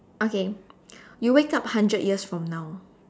okay you wake up hundred years from now